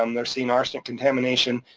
um they're seeing arsenic contamination,